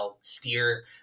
steer